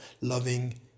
loving